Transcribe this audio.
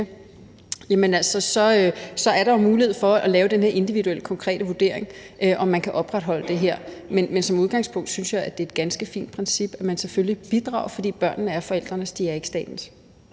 så er der mulighed for at lave den her individuelle, konkrete vurdering af, om man kan opretholde det her. Men som udgangspunkt synes jeg, det er et ganske fint princip, at man selvfølgelig bidrager, for børnene er forældrenes, de er ikke statens.